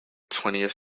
twentieth